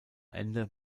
ende